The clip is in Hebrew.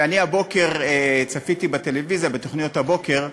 אני צפיתי הבוקר בטלוויזיה, בתוכניות הבוקר,